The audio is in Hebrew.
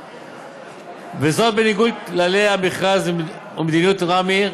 וזאת בניגוד לכללי המכרז ומדיניות רמ"י,